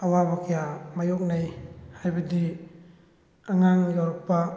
ꯑꯋꯥꯕ ꯀꯌꯥ ꯃꯥꯏꯌꯣꯛꯅꯩ ꯍꯥꯏꯕꯗꯤ ꯑꯉꯥꯡ ꯌꯥꯎꯔꯛꯄ